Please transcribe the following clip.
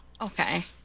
Okay